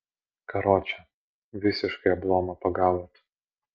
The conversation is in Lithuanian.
karoče visiškai ablomą pagavot